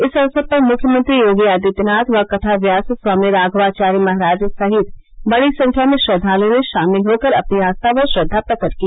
इस अवसर पर मृख्यमंत्री योगी आदित्यनाथ व कथाव्यास स्वामी राघवाचार्य महाराज सहित बड़ी संख्या में श्रद्वालओं ने शामिल होकर अपनी आस्था व श्रद्वा प्रकट की